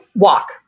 walk